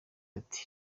ati